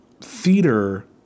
theater